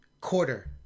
quarter